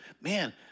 Man